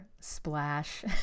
splash